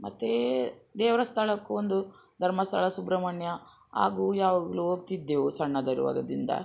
ಮತ್ತು ದೇವರ ಸ್ಥಳಕ್ಕೊಂದು ಧರ್ಮಸ್ಥಳ ಸುಬ್ರಮಣ್ಯ ಹಾಗೂ ಯಾವಾಗಲು ಹೋಗ್ತಿದ್ದೆವು ಸಣ್ಣದಿರುವಾಗಿಂದ